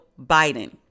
Biden